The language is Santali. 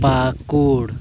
ᱯᱟᱹᱠᱩᱲ